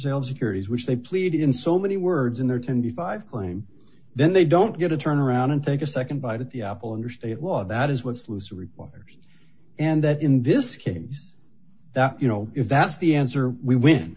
sales securities which they plead in so many words in their twenty five dollars claim then they don't get to turn around and take a nd bite at the apple under state law that is what's loose requires and that in this case that you know if that's the answer we win